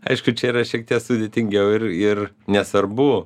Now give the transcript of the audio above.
aišku čia yra šiek tiek sudėtingiau ir ir nesvarbu